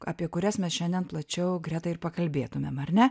apie kurias mes šiandien plačiau greta ir pakalbėtumėm ar ne